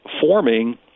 forming